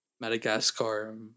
Madagascar